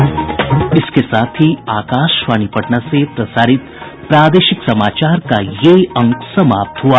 इसके साथ ही आकाशवाणी पटना से प्रसारित प्रादेशिक समाचार का ये अंक समाप्त हुआ